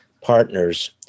partners